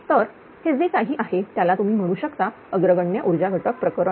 तर हे जे काही आहे याला तुम्ही म्हणू शकता अग्रगण्य उर्जा घटक प्रकरण